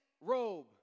robe